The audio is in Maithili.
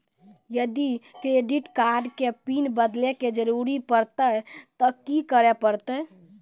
यदि क्रेडिट कार्ड के पिन बदले के जरूरी परतै ते की करे परतै?